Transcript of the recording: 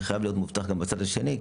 זה חייב להיות מובטח גם בצד השני,